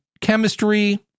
chemistry